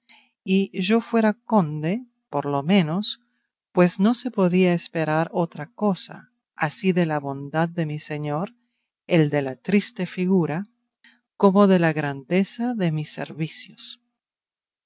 y yo fuera conde por lo menos pues no se podía esperar otra cosa así de la bondad de mi señor el de la triste figura como de la grandeza de mis servicios